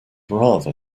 rather